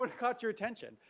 but caught your attention,